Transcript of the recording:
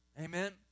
Amen